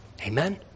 Amen